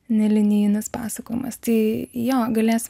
nelinijinis pasakojimas tai jo galėsim